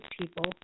people